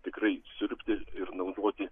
tikrai siurbti ir naudoti